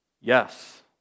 Yes